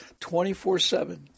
24-7